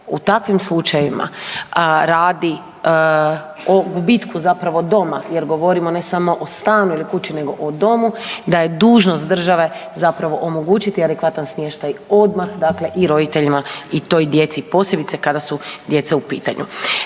u takvim slučajevima radi o gubitku zapravo doma jer govorimo ne samo o stanu ili kući nego o domu, da je dužnost države omogućiti adekvatan smještaj odmah i roditeljima i toj djeci, posebice kada su djeca u pitanju.